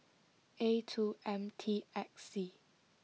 A two M T X C